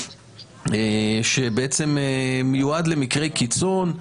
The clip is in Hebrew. שבעצם מיועד למקרי קיצון,